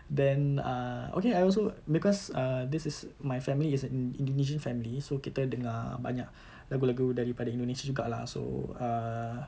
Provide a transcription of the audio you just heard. then err okay I also because err this is my family is an um indonesian family so kita dengar banyak lagu lagu daripada indonesia juga lah so err